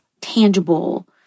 tangible